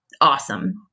awesome